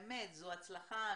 באמת, זו הצלחה אמיתית.